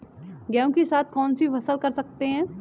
गेहूँ के साथ कौनसी फसल कर सकते हैं?